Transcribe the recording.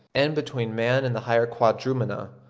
and between man and the higher quadrumana,